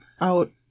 out